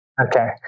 Okay